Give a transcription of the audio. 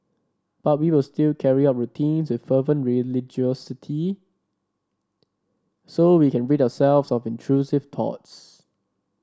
but we will still carry out routines with fervent religiosity so we can rid ourselves of intrusive thoughts